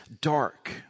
dark